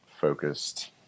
focused